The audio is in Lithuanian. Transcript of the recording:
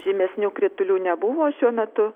žymesnių kritulių nebuvo šiuo metu